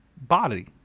body